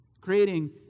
creating